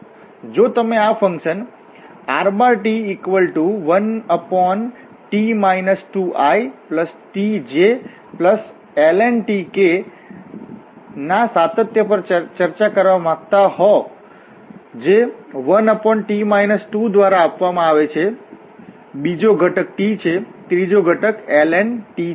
જો તમે આફંકશન rt1t 2itjln t k ના સાતત્ય પર ચર્ચા કરવા માંગતા હો જે 1t 2 દ્વારા આપવામાં આવે છે બીજો ઘટક t છે ત્રીજો ઘટક ln t છે